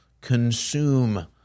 consume